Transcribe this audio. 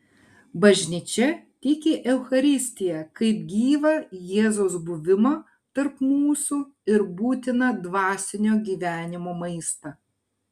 bažnyčia tiki eucharistiją kaip gyvą jėzaus buvimą tarp mūsų ir būtiną dvasinio gyvenimo maistą